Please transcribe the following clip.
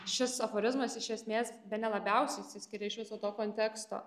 šis aforizmas iš esmės bene labiausia išsiskiria iš viso to konteksto